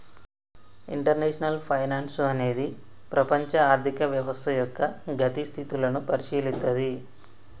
international finance అనేది ప్రపంచ ఆర్థిక వ్యవస్థ యొక్క గతి స్థితులను పరిశీలిత్తది